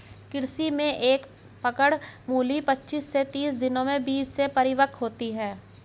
कृषि में एक पकड़ में मूली पचीस से तीस दिनों में बीज से परिपक्व होती है